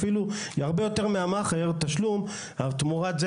אפילו הרבה יותר מהמאכער תשלום תמורת זה